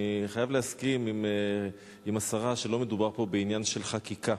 אני חייב להסכים עם השרה שלא מדובר פה בעניין של חקיקה,